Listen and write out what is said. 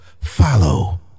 Follow